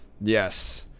Yes